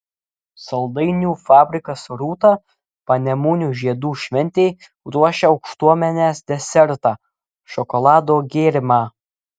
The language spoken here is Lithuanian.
saldainių fabrikas rūta panemunių žiedų šventei ruošia aukštuomenės desertą šokolado gėrimą